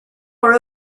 were